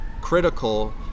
critical